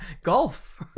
Golf